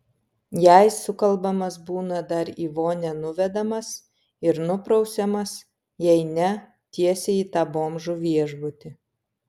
jei sukalbamas būna dar į vonią nuvedamas ir nuprausiamas jei ne tiesiai į tą bomžų viešbutį